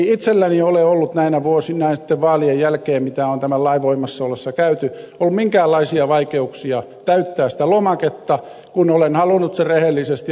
itselläni ei ole näinä vuosina näitten vaalien jälkeen mitä on tämän lain voimassa ollessa käyty ollut minkäänlaisia vaikeuksia täyttää sitä lomaketta kun olen halunnut sen rehellisesti ja avoimesti täyttää